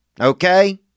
Okay